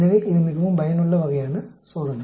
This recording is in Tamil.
எனவே இது மிகவும் பயனுள்ள வகையான சோதனை